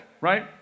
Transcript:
right